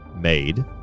made